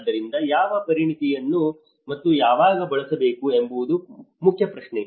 ಆದ್ದರಿಂದ ಯಾವ ಪರಿಣತಿಯನ್ನು ಮತ್ತು ಯಾವಾಗ ಬಳಸಬೇಕು ಎಂಬುದು ಮುಖ್ಯ ಪ್ರಶ್ನೆ